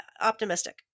optimistic